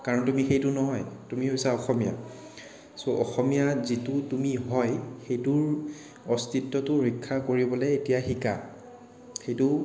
কাৰণ তুমি সেইটো নহয় তুমি হৈছা অসমীয়া চ' অসমীয়াত যিটো তুমি হয় সেইটোৰ অস্তিত্ৱটো ৰক্ষা কৰিবলৈ এতিয়া শিকা সেইটো